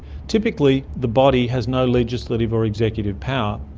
typically the body has no legislative or executive power.